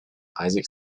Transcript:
isaac